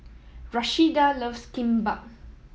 Rashida loves Kimbap